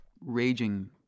raging